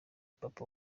papa